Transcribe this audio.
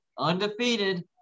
Undefeated